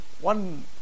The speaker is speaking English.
One